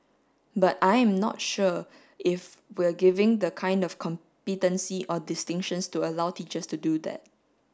but I'm not sure if we're giving the kind of competency or distinctions to allow teachers to do that